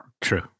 True